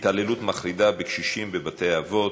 התעללות מחרידה בקשישים בבתי-אבות,